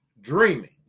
dreaming